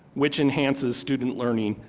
which enhances student learning.